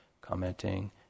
commenting